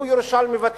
הוא ירושלמי ותיק,